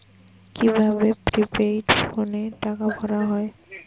কি ভাবে প্রিপেইড ফোনে টাকা ভরা হয়?